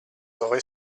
rue